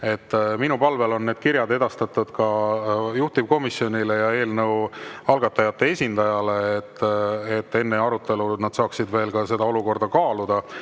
Minu palvel on need kirjad edastatud ka juhtivkomisjonile ja eelnõu algatajate esindajale, et nad saaksid enne arutelu veel seda olukorda kaaluda.